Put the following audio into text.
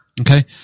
Okay